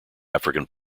african